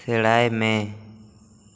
ᱥᱮᱬᱟᱭ ᱢᱮ